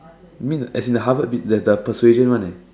you mean as in the Harvard the the persuasion one